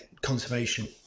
conservation